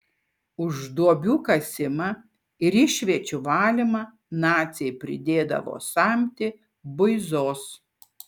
už duobių kasimą ir išviečių valymą naciai pridėdavo samtį buizos